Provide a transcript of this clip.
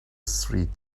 street